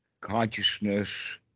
consciousness